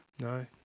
No